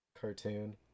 cartoon